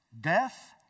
death